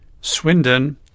Swindon